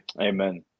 Amen